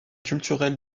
culturel